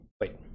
wait